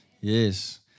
Yes